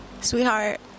sweetheart